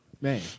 man